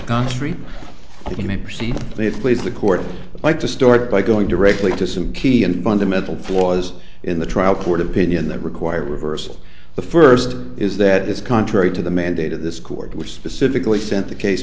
may perceive it please the court would like to start by going directly to some key and fundamental flaws in the trial court opinion that require reversal the first is that is contrary to the mandate of this court which specifically sent the case